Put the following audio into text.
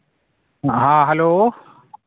ᱦᱮᱸ ᱦᱮᱞᱳ